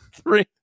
Three